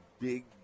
big